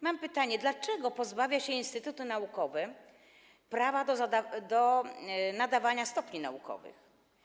Mam pytanie: Dlaczego pozbawia się instytuty naukowe prawa do nadawania stopni naukowych?